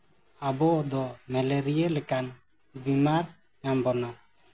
ᱟᱵᱚ ᱫᱚ ᱢᱮᱞᱮᱨᱤᱭᱟᱹ ᱞᱮᱠᱟᱱ ᱵᱤᱢᱟᱨ ᱧᱟᱢ ᱵᱚᱱᱟ